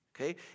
Okay